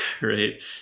right